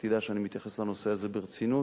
תדע שאני מתייחס לנושא הזה ברצינות.